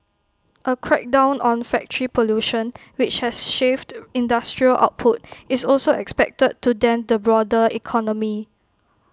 A crackdown on factory pollution which has shaved industrial output is also expected to dent the broader economy